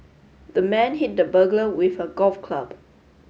the man hit the burglar with a golf club